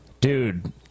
Dude